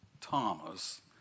Thomas